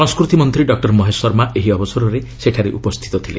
ସଂସ୍କୃତି ମନ୍ତ୍ରୀ ଡକ୍ଟର ମହେଶ ଶର୍ମା ଏହି ଅବସରରେ ସେଠାରେ ଉପସ୍ଥିତ ଥିଲେ